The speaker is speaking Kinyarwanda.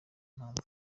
impamvu